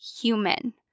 human